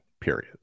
period